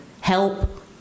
help